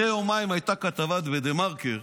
אחרי יומיים הייתה כתבה בדה מרקר